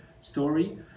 story